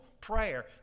prayer